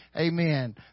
Amen